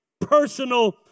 Personal